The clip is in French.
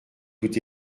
tout